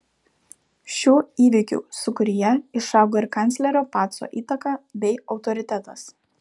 šių įvykių sūkuryje išaugo ir kanclerio paco įtaka bei autoritetas